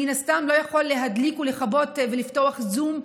שמן הסתם לא יכול להדליק ולכבות ולפתוח זום,